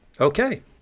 Okay